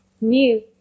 New